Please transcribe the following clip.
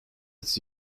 its